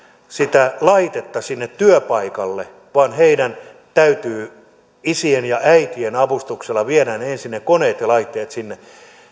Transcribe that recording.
sitä laitetta sinne työpaikalle vaan heidän täytyy isien ja äitien avustuksella viedä ensin ne koneet ja laitteet sinne